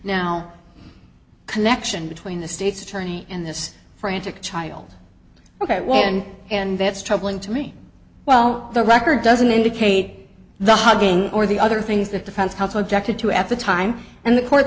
now connection between the state's attorney in this frantic child ok well and and that's troubling to me well the record doesn't indicate the hugging or the other things that defense counsel objected to at the time and the court